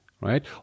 right